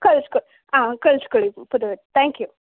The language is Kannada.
ಕಳಿಸ್ಕೊ ಹಾಂ ಕಳ್ಸ್ಕೊಡಿ ಪುರೋಹಿತ ತ್ಯಾಂಕ್ ಯು